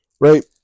right